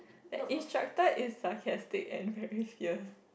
the instructor is sarcastic and very fierce